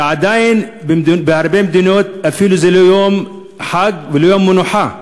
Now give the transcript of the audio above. ועדיין בהרבה מדינות זה אפילו לא יום חג ולא יום מנוחה.